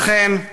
אכן,